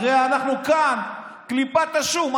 הרי אנחנו כאן כקליפת השום.